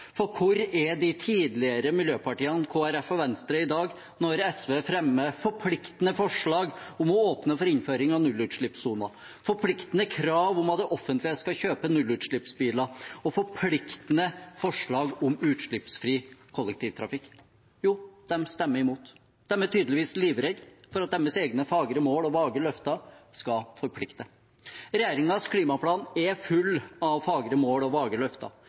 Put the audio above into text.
For hvor er de tidligere miljøpartiene Kristelig Folkeparti og Venstre i dag når SV fremmer forpliktende forslag om å åpne for innføring av nullutslippssoner, forpliktende krav om at det offentlige skal kjøpe nullutslippsbiler, og forpliktende forslag om utslippsfri kollektivtrafikk? Jo, de stemmer imot. De er tydeligvis livredde for at deres egne fagre mål og vage løfter skal forplikte. Regjeringens klimaplan er full av fagre mål og vage løfter.